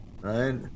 right